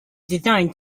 designed